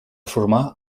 formar